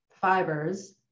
fibers